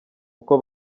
uko